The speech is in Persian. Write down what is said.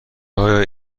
آیا